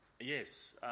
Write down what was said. Yes